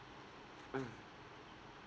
mm